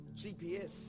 GPS